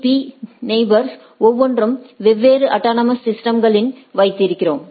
பீ நெயிபோர்ஸ் ஒவ்வொன்றும் வெவ்வேறு அட்டானமஸ் சிஸ்டம்ஸ்களில் வைத்திருக்கிறோம்